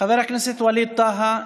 חבר הכנסת ווליד טאהא,